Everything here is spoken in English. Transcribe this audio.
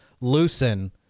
loosen